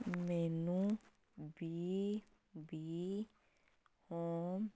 ਮੈਨੂੰ ਬੀ ਬੀ ਹੋਮ